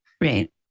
Right